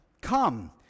come